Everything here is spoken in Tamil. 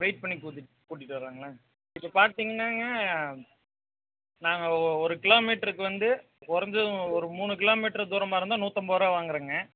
வெயிட் பண்ணி கூட்டிட்டு கூட்டிகிட்டு வரணுங்களா இப்போ பார்த்தீங்கன்னாங்க நாங்கள் ஒ ஒரு கிலோ மீட்ருக்கு வந்து குறஞ்சது ஒரு மூணு கிலோ மீட்டர் தூரமாக இருந்தால் நூற்றம்பது ரூபா வாங்குறங்க